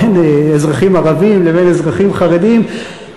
בין אזרחים ערבים לבין אזרחים חרדים,